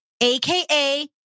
aka